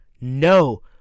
no